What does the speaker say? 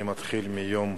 אני מתחיל מיום